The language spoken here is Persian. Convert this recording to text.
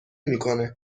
میکنه